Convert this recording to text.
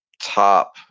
top